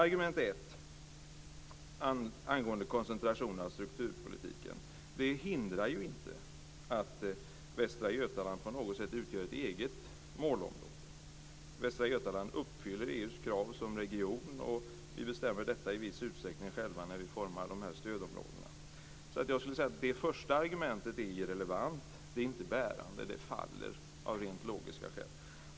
Argument 1: Koncentration av strukturpolitiken hindrar inte att Västra Götaland utgör ett eget målområde. Västra Götaland uppfyller EU:s krav som region, och vi bestämmer detta i viss utsträckning själva när vi formar stödområdena. Jag skulle vilja säga att det första argumentet är irrelevant, inte är bärande och faller av rent logiska skäl.